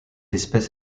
espèce